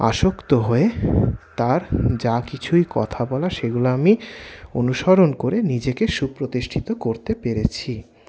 আসক্ত হয়ে তার যা কিছুই কথা বলা সেগুলো আমি অনুসরণ করে নিজেকে সুপ্রতিষ্ঠিত করতে পেরেছি